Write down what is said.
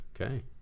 Okay